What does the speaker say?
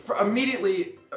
Immediately